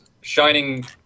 shining